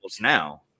now